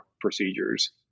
procedures